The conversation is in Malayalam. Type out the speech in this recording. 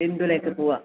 ബിന്ദുവിലേക്ക് പോവാം